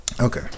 Okay